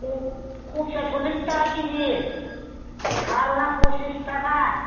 कबिया सल्लिस थाखा खेजि थारुना फसिस थाखा